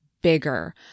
bigger